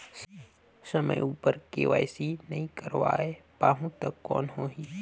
समय उपर के.वाई.सी नइ करवाय पाहुं तो कौन होही?